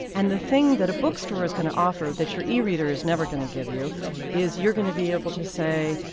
and the thing that a bookstore is going to offer that your e-reader is never going to give you is you're going to be able to say,